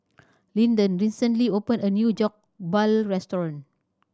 Lyndon recently open a new Jokbal restaurant